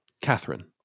Catherine